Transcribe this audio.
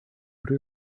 would